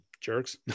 Jerks